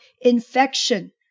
infection